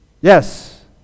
Yes